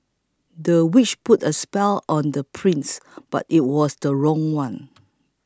the witch put a spell on the prince but it was the wrong one